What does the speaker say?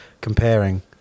comparing